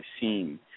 seen